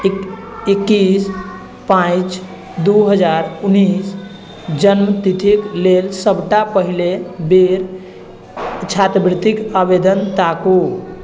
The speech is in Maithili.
एक एकैस पांँच दू हजार उन्नैस जन्मतिथिक लेल सबटा पहिले बेर छात्रवृत्तिक आवेदन ताकू